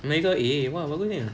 melayu kau A !wah! bagus nya